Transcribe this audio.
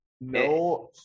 No